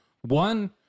one